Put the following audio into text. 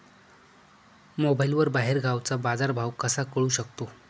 मोबाईलवर बाहेरगावचा बाजारभाव कसा कळू शकतो?